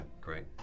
great